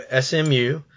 SMU